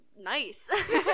nice